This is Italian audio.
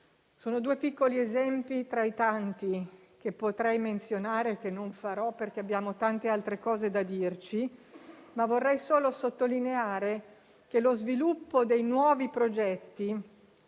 Sono due piccoli esempi, tra i tanti che potrei menzionare, ma non lo farò perché abbiamo tante altre cose da dirci. Vorrei però sottolineare che lo sviluppo dei nuovi progetti